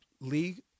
league